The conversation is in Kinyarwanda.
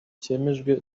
cyemejwe